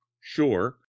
sure